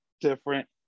different